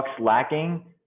lacking